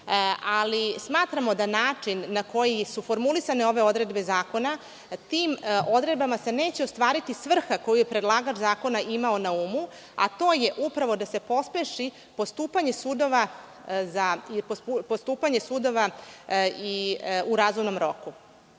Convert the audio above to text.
ali smatramo da način na koji su formulisane ove odredbe zakona, tim odredbama se neće ostvariti svrha koju je predlagač zakona imao na umu, a to je upravo da se pospeši postupanje sudova u razumnom roku.